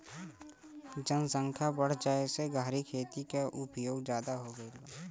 जनसख्या बढ़ जाये से सहरी खेती क उपयोग जादा हो गईल बा